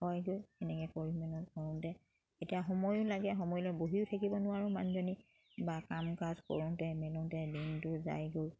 হয় গৈ সেনেকে পৰিমাণত কৰোঁতে এতিয়া সময়ো লাগে সময়লৈ বহিও থাকিব নোৱাৰোঁ মানুহজনী বা কাম কাজ কৰোঁতে মেলোঁতে দিনটো যাই গৈ